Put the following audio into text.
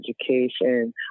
Education